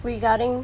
regarding